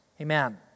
amen